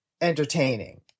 entertaining